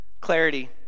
clarity